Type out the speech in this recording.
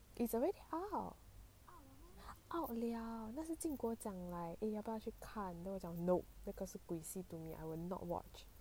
it's already out out 了那时 jian guo 讲 like eh 要不要去看 then 我讲 nope 那个是鬼戏 to me I will not watch